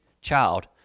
child